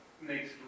makes